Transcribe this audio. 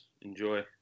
Enjoy